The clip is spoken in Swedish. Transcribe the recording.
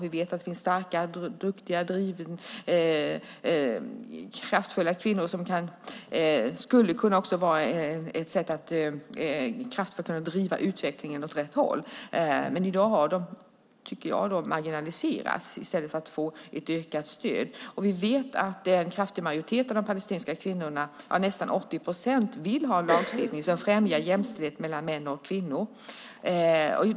Vi vet att det finns starka, duktiga, driftiga kvinnor som kraftfullt skulle kunna driva utvecklingen åt rätt håll. Men i dag har de, tycker jag, marginaliserats i stället för att få ett ökat stöd. Vi vet också att en stor majoritet av de palestinska kvinnorna, nästan 80 procent, vill ha en lagstiftning som främjar jämställdhet mellan män och kvinnor.